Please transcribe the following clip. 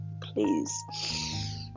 please